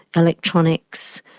electronics.